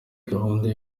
gahunda